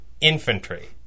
Infantry